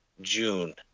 June